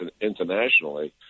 internationally